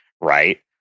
Right